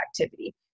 activity